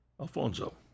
Alfonso